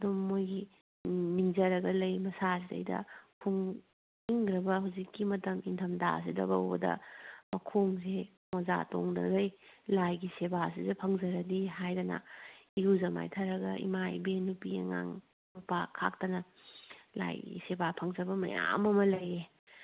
ꯑꯗꯨ ꯃꯈꯣꯏꯒꯤ ꯎꯝ ꯅꯤꯡꯖꯔꯒ ꯂꯩ ꯃꯁꯥ ꯁꯤꯗꯩꯗ ꯏꯪꯈ꯭ꯔꯕ ꯍꯧꯖꯤꯛꯀꯤ ꯃꯇꯝ ꯅꯤꯡꯊꯝ ꯊꯥꯁꯤꯗ ꯐꯥꯎꯕꯗ ꯃꯈꯣꯡꯁꯦ ꯃꯣꯖꯥ ꯇꯣꯡꯗꯈꯩ ꯂꯥꯏꯒꯤ ꯁꯦꯕꯁꯤꯗ ꯐꯪꯖꯔꯗꯤ ꯍꯥꯏꯗꯅ ꯏꯔꯨꯖ ꯃꯥꯏꯊꯔꯒ ꯏꯃꯥ ꯏꯕꯦꯟ ꯅꯨꯄꯤ ꯑꯉꯥꯡ ꯅꯨꯄꯥ ꯈꯥꯛꯇꯅ ꯂꯥꯏꯒꯤ ꯁꯦꯕꯥ ꯐꯪꯖꯕ ꯃꯌꯥꯝ ꯑꯃ ꯂꯩꯌꯦ